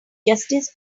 justice